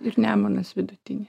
ir nemunas vidutinės